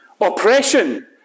Oppression